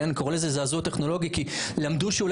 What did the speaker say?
אני קורא לזה זעזוע טכנולוגי כי למדו שאולי